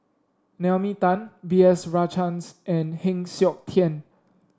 Naomi Tan B S Rajhans and Heng Siok Tian